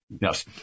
Yes